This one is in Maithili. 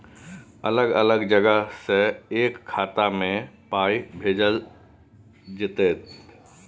अलग अलग जगह से एक खाता मे पाय भैजल जेततै?